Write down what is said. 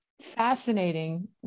Fascinating